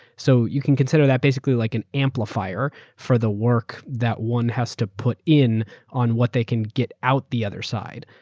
so you can consider that basically like an amplifier for the work that one has to put in on what they can get out the other side.